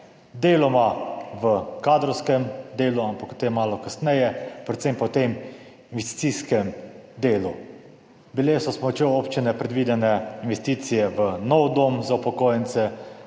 Deloma v kadrovskem delu, ampak o tem malo kasneje, predvsem pa v tem investicijskem delu. Bile so s pomočjo občine predvidene investicije v nov dom za upokojence.